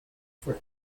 for